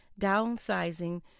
downsizing